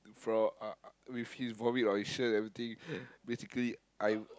from uh with his vomit on his shirt everything basically I